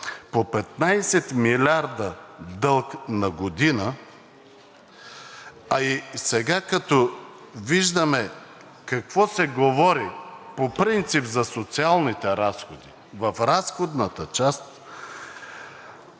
по 15 млрд. лв. дълг на година, а и сега, като виждаме какво се говори по принцип за социалните разходи в разходната част